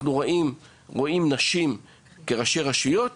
אנחנו רואים שאיפה שיש נשים כראשי רשויות